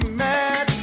mad